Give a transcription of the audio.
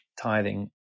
tithing